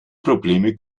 probleme